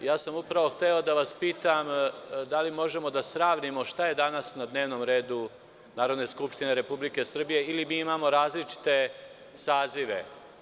Upravo sam hteo da vas pitam da li možemo da sravnimo šta je danas na dnevnom redu Narodne skupštine Republike Srbije ili imamo različite sazive?